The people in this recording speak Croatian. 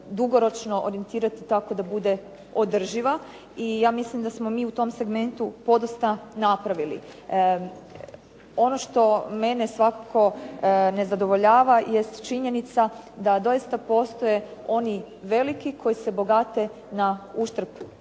dugoročno orijentirati tako da bude održiva i ja mislim da smo mi u tom segmentu podosta napravili. Ono što mene svakako ne zadovoljava jest činjenica da doista postoje oni veliki koji se bogate na uštrb